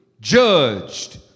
judged